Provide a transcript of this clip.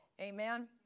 amen